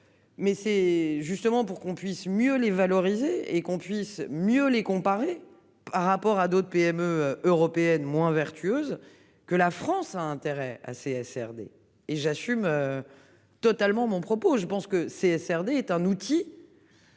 Mais c'est justement pour qu'on puisse mieux les valoriser et qu'on puisse mieux les comparer par rapport à d'autres PME européennes moins vertueuse que la France a intérêt assez SRD et j'assume. Totalement mon propos, je pense que c'est SRD est un outil.